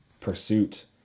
pursuit